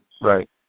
Right